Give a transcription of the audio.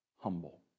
Humble